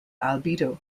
albedo